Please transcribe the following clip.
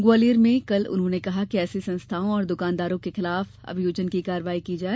ग्वालियर में कल उन्होंने कहा कि ऐसी संस्थाओं और दुकानदारों के विरुद्ध अभियोजन की कार्रवाई की जाए